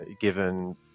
given